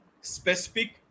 specific